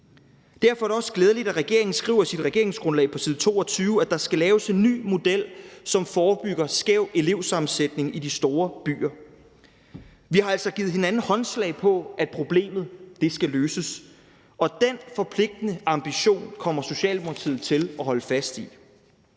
Derfor er det også glædeligt, at regeringen i sit regeringsgrundlag på side 22 skriver, at der skal laves en ny model, som forebygger skæv elevsammensætning i de store byer. Vi har altså givet hinanden håndslag på, at problemet skal løses, og den forpligtende ambition kommer Socialdemokratiet til at holde fast i.